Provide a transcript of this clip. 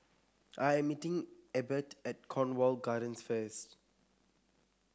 I'm meeting Ebert at Cornwall Gardens first